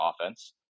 offense